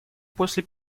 после